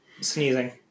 sneezing